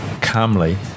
calmly